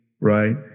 Right